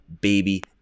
baby